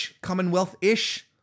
commonwealth-ish